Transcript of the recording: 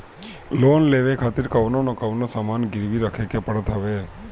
loan लेवे खातिर कवनो न कवनो सामान गिरवी रखे के पड़त हवे